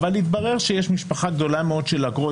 אבל מתברר שיש משפחה גדולה של אגרות,